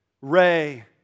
Ray